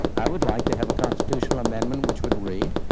i would like to have a constitutional amendment, which would read,